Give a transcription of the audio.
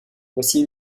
voici